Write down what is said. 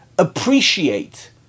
appreciate